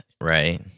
right